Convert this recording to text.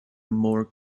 more